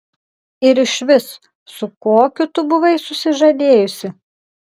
ir išvis su kokiu tu buvai susižadėjusi